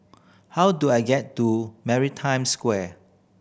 how do I get to Maritime Square